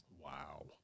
Wow